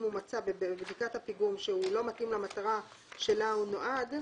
אם מצא בבדיקת הפיגום שהוא לא מתאים למטרה שלה הוא נועד,